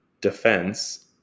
defense